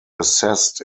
assessed